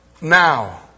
now